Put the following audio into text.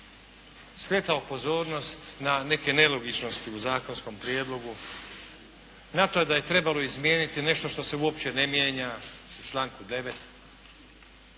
skretao pozornost na neke nelogičnosti u zakonskom prijedlogu, na to da je trebalo izmijeniti nešto što se uopće ne mijenja u članku 9.,